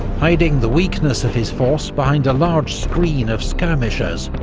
hiding the weakness of his force behind a large screen of skirmishers,